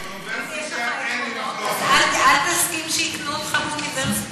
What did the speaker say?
אז אל תסכים שיקנו אותך באוניברסיטה.